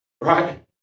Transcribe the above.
Right